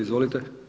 Izvolite.